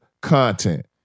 content